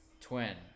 Twin